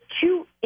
two